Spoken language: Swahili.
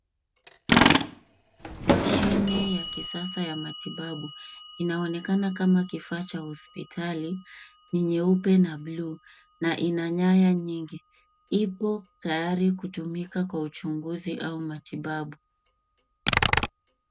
Mashine ya kisasa ya matibabu, inaonekana kama kifaa cha hospitali. Ni nyeupe na buluu na ina nyaya nyingi. Ipo tayari kutumika kwa uchunguzi au matibabu.